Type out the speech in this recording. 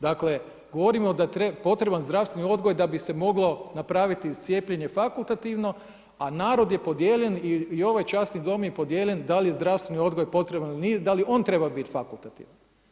Dakle, govorimo da je potreban zdravstveni odgoj da bi se moglo napraviti cijepljenje fakultativno, a narod je podijeljen i ovaj časni dom je podijeljen da li je zdravstveni odgoj potreban ili nije, da li on treba fakultativan.